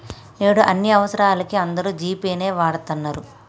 నేడు అన్ని అవసరాలకీ అందరూ జీ పే నే వాడతన్నరు